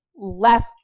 left